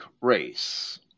race